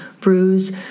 bruise